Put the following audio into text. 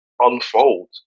unfold